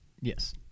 Yes